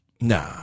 Nah